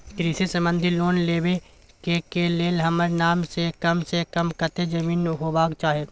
कृषि संबंधी लोन लेबै के के लेल हमरा नाम से कम से कम कत्ते जमीन होबाक चाही?